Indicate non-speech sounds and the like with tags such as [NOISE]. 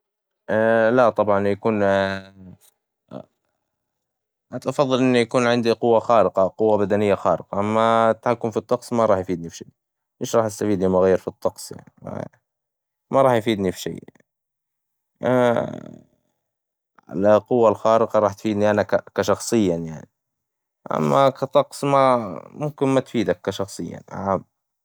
لا طبعاً يكون [HESITATION] أفظل إن يكون عندي قوة خارقة قوة بدنية خارقة، اما التحكم في الطقس ما راح يفيدني في شيء، وش راح استفيد لما اغير في الطقس يعني؟ ما راح يفيدني في شي، [HESITATION] عل- قوة الخارقة راح تفيدني أنا ك- كشخصياً يعني، أما ك طقس، ما- ممكن ما تفيدك كشخص يعني.